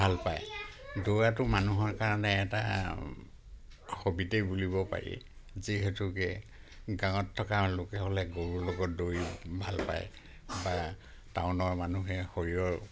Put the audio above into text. ভাল পায় দৌৰাটো মানুহৰ কাৰণে এটা হবীতেই বুলিব পাৰি যিহেতুকে গাঁৱত থকা লোকে হ'লে গৰুৰ লগত দৌৰি ভাল পায় বা টাউনৰ মানুহে শৰীৰৰ